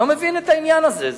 אני לא מבין את העניין הזה.